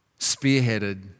spearheaded